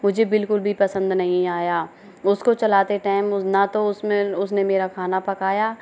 मुझे बिल्कुल भी पसंद नही आया उसको चलाते टाइम ना तो उसमे उसने मेरा खाना पकाया